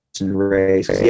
race